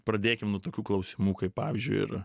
pradėkim nuo tokių klausimų kaip pavyzdžiui ir